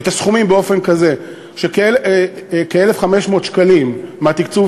את הסכומים באופן כזה שכ-1,500 שקלים מהתקצוב